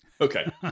Okay